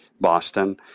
Boston